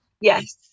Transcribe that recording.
Yes